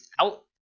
out